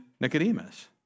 Nicodemus